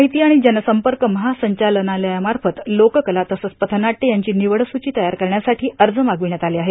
माहिती आणि जनसंपर्क महासंचालनालयामार्फत लोककला तसंच पथनाट्य यांची निवडसूची तयार करण्यासाठी अर्ज मागविण्यात आले आहेत